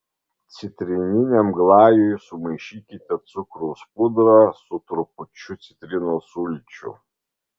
citrininiam glajui sumaišykite cukraus pudrą su trupučiu citrinos sulčių